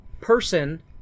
person